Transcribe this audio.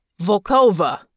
Volkova